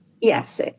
Yes